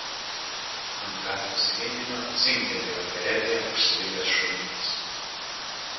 ant gatvės grindinio dzingtelėjo beretėje užsilikęs šovinys